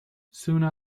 sooner